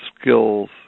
skills